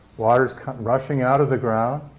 water is rushing out of the ground.